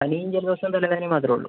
പനിയും ജലദോഷവും തലവേദനേയും മാത്രമേയുള്ളൂ